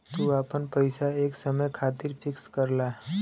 तू आपन पइसा एक समय खातिर फिक्स करला